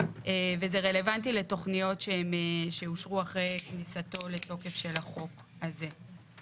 וזה רלוונטי לתוכניות שאושרו אחרי כניסתו לתוקף של החוק הזה.